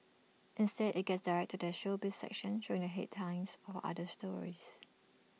instead IT gets directed to their showbiz section showing the headlines for other stories